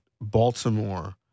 Baltimore